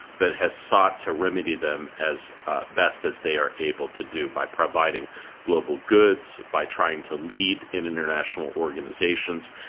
but has sought to remedy them as best as they are able to do, by providing global goods, by trying to lead in international organizations.